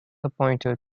appointed